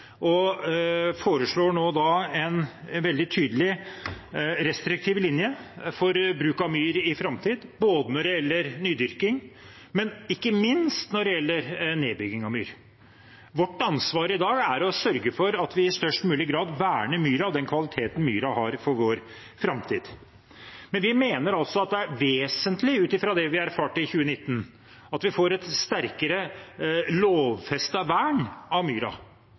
og vi foreslår nå en veldig tydelig, restriktiv linje for bruk av myr i framtiden både når det gjelder nydyrking, og ikke minst når det gjelder nedbygging av myr. Vårt ansvar i dag er å sørge for at vi i størst mulig grad verner myr av den kvaliteten myra har, for vår framtid. Vi mener altså at det er vesentlig, ut fra det vi erfarte i 2019, at vi får et sterkere lovfestet vern av myra,